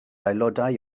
aelodau